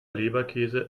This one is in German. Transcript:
leberkäse